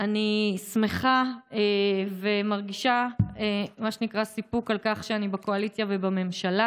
אני שמחה ומרגישה סיפוק על כך שאני בקואליציה ובממשלה.